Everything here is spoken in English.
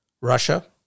Russia